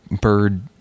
bird